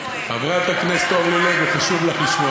חברת הכנסת אורלי לוי, חשוב לך לשמוע